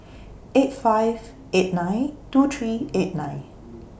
eight five eight nine two three eight nine